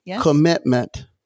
commitment